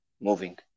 moving